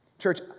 Church